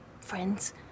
friends